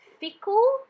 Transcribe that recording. Fickle